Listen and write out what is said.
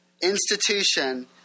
institution